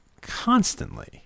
constantly